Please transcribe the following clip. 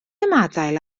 ymadael